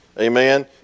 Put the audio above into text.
amen